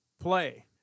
play